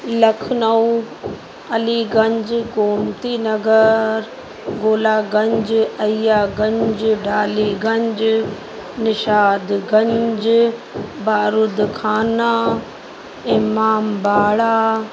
Lucknow Aliganj Gomti Nagar Golaganj Aiyaganj Daliganj Nishatganj Barudkhana इमाम बाड़ा